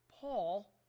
Paul